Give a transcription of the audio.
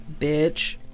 bitch